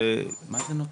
מה זה נותן?